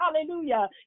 Hallelujah